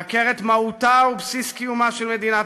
לעקר את מהותה ובסיס קיומה של מדינת